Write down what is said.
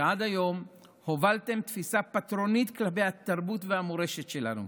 שעד היום הובלתם תפיסה פטרונית כלפי התרבות והמורשת שלנו.